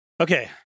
Okay